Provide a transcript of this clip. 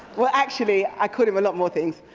well, actually, i call him a lot more things!